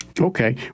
Okay